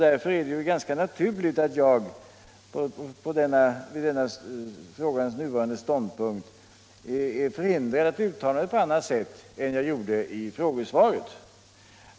Därför är det ganska naturligt att jag på frågans nuvarande ståndpunkt är förhindrad att uttala mig på annat sätt än jag gjort i svaret.